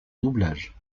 doublage